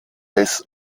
des